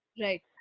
Right